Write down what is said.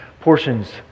portions